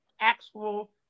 actual